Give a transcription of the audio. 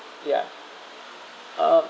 ya uh